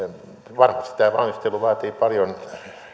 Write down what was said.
varmasti tämä valmistelu vaatii paljon